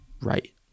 right